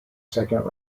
second